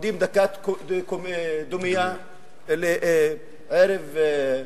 עומדים דקה דומייה בערב יום